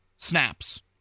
Snaps